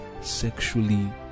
sexually